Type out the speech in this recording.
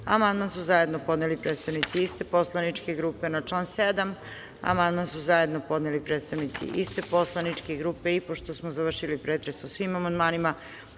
amandman su zajedno podeli predstavnici iste poslaničke grupe. Na član 7. amandman su zajedno podeli predstavnici iste poslaničke grupe. Pošto smo završili pretres o svim amandmanima,